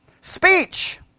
Speech